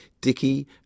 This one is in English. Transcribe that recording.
Dicky